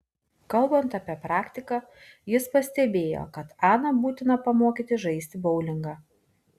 kalbant apie praktiką jis pastebėjo kad aną būtina pamokyti žaisti boulingą